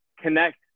connect